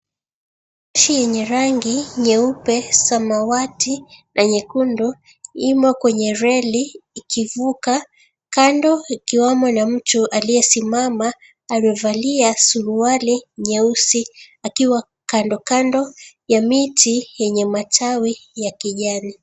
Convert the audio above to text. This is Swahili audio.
Treni yenye rangi nyeupe, samawati na nyekundu imo kwenye reli ikivuka, kando ikiwamo na mtu aliyesimama amevalia suruali nyeusi akiwa kandokando ya miti yenye matawi ya kijani.